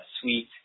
suite